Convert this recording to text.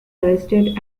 arrested